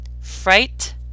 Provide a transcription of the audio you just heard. Fright